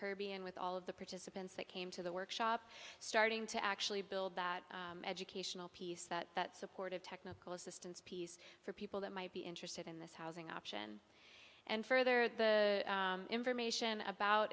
kirby and with all of the participants that came to the workshop starting to actually build that educational piece that that supportive technical assistance piece for people that might be interested in this housing option and further the information about